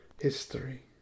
history